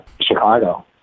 Chicago